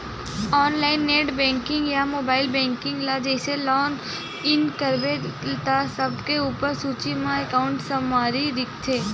online net banking या mobile banking ल जइसे लॉग इन करबे त सबले उप्पर सूची म एकांउट समरी दिखथे